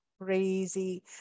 crazy